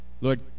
Lord